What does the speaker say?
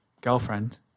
girlfriend